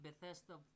Bethesda